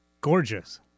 Gorgeous